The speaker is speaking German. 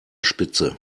spitze